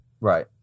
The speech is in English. Right